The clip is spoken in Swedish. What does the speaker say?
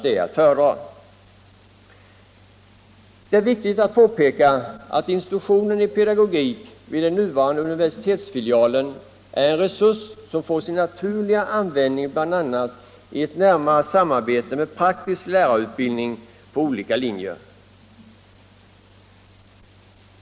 Det är viktigt att påpeka, att institutionen i pedagogik vid den nuvarande universitetsfilialen är en resurs, som får sin naturliga användning bl.a. i ett nära samarbete med praktisk lärarutbildning på olika linjer.